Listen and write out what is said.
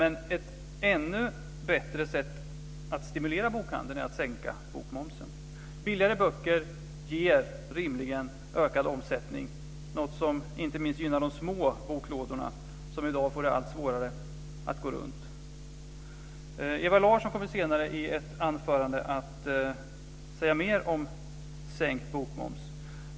Men ett ännu bättre sätt att stimulera bokhandeln är att sänka bokmomsen. Billigare böcker ger rimligen ökad omsättning, något som inte minst gynnar de små boklådorna som i dag får det allt svårare att gå runt. Ewa Larsson kommer senare i ett anförande att säga mer om sänkt bokmoms.